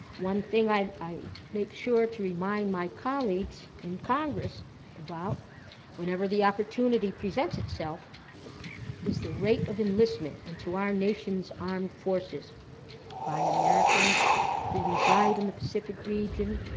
one thing i i make sure to remind my colleagues in congress about whenever the opportunity presents itself is the rate of enlistment into our nation's armed forces by americans who reside in the pacific region.